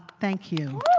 thank you.